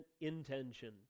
intention